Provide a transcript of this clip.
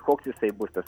koks jisai bus tas